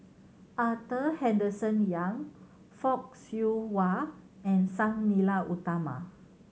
Arthur Henderson Young Fock Siew Wah and Sang Nila Utama